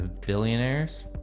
Billionaires